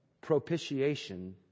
propitiation